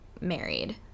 married